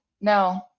No